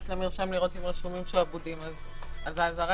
למרשם לראות אם רשומים שעבודים אז האזהרה,